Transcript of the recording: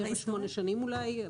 אולי שמונה שנים.